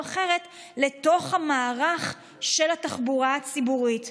אחרת לתוך המערך של התחבורה הציבורית.